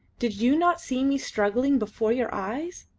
did you not see me struggling before your eyes?